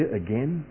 again